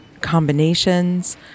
combinations